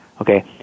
Okay